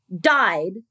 died